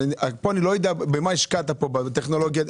פה אני לא אדע במה השקעת פה בטכנולוגיה,